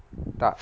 start